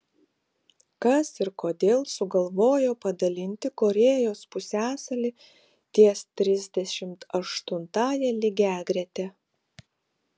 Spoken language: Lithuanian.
kas ir kodėl sugalvojo padalinti korėjos pusiasalį ties trisdešimt aštuntąja lygiagrete